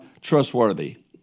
trustworthy